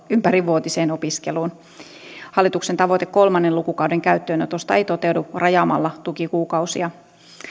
ympärivuotiseen opiskeluun hallituksen tavoite kolmannen lukukauden käyttöönotosta ei toteudu rajaamalla tukikuukausia